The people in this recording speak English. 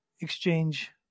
exchange